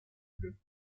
bleus